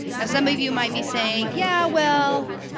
now some of you might be saying, yeah, well,